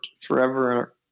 forever